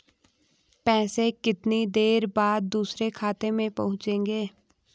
पैसे कितनी देर बाद दूसरे खाते में पहुंचेंगे?